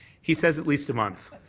he says at least a month.